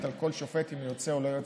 על כל שופט אם הוא יוצא או לא יוצא.